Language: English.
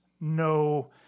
no